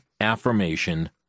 Affirmation